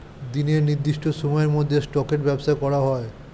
দিনের নির্দিষ্ট সময়ের মধ্যে স্টকের ব্যবসা করা হয়